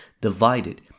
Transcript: divided